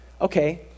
Okay